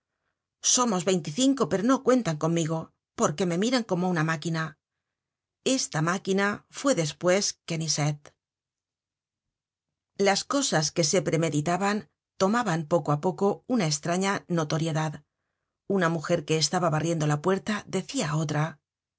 somos veinticinco pero no cuentan conmigo porque me miran como tina máquina esta máquina fue despues quenisset las cosas que se premeditaban tomaban poco á poco una estraña notoriedad una mujer que estaba barriendo la puerta decia á otra